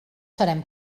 serem